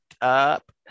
Up